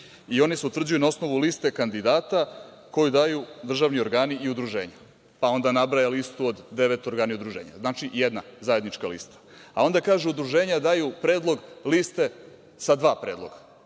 i oni se utvrđuju na osnovu liste kandidata koju daju državni organi i udruženja, pa onda nabraja listu od devet organa i udruženja. Znači, jedna zajednička lista, a onda kažu – udruženja daju predlog liste sa dva predloga.